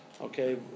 Okay